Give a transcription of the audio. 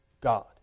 God